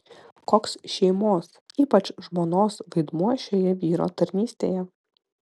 koks šeimos ypač žmonos vaidmuo šioje vyro tarnystėje